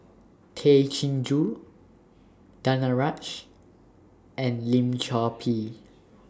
Tay Chin Joo Danaraj and Lim Chor Pee